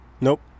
Nope